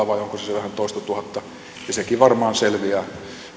vai onko se se vähän toistatuhatta ja sekin varmaan selviää